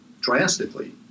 drastically